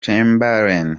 chamberlain